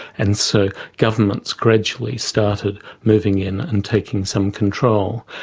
and so governments gradually started moving in and taking some control.